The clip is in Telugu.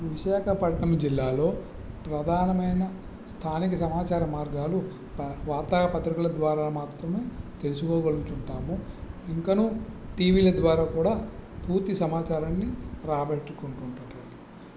విశాఖపట్నం జిల్లాలో ప్రధానమైన స్థానిక సమాచార మార్గాలు వార్త పత్రికల ద్వారా మాత్రమే తెలుసుకోగలుగుతుంటాము ఇంకనూ టీవీల ద్వారా కూడా పూర్తి సమాచారాన్ని రాబట్టుకుంటాము